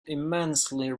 immensely